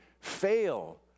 fail